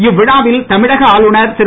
இவ்விழாவில் தமிழக ஆளுநர் திரு